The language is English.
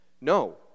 No